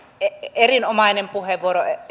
erinomainen puheenvuoro